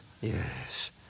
Yes